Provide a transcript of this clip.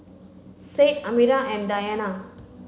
Said Amirah and Diyana